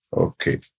Okay